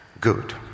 Good